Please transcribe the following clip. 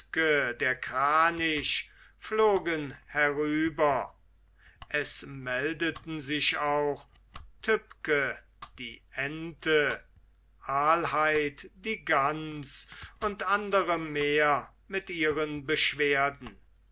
der kranich flogen herüber es meldeten sich auch tybbke die ente alheid die gans und andere mehr mit ihren beschwerden